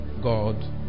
God